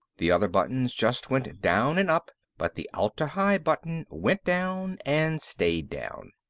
the other buttons just went down and up, but the atla-hi button went down and stayed down.